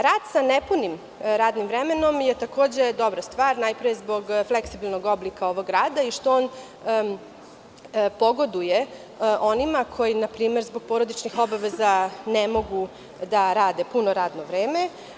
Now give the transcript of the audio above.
Rad sa nepunim radnim vremenom je takođe dobra stvar, najpre zbog fleksibilnog oblika ovog rada i što pogoduje onima koji na primer zbog porodičnih obaveza ne mogu da rade puno radno vreme.